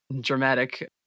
dramatic